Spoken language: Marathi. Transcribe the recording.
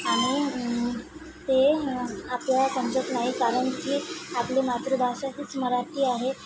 आणि ते आपल्याला समजत नाही कारण की आपली मातृभाषा हीच मराठी आहे